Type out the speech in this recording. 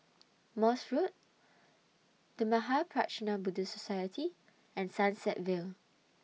Morse Road The Mahaprajna Buddhist Society and Sunset Vale